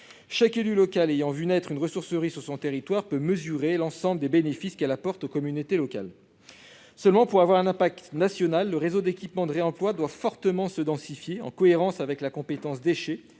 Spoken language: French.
Chaque élu ayant vu naître une ressourcerie sur son territoire peut mesurer l'ensemble des bénéfices qu'elle apporte aux communautés locales. Seulement, pour avoir un impact national, le réseau d'équipements de réemploi doit fortement se densifier. En cohérence avec la compétence déchets,